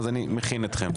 אז אני מכין אתכם.